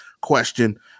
question